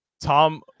tom